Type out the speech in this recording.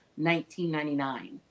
1999